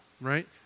right